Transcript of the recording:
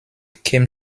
came